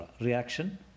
Reaction